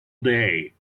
day